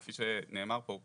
כפי שנאמר פה,